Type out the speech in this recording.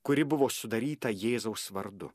kuri buvo sudaryta jėzaus vardu